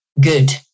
good